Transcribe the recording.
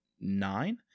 nine